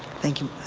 thank you.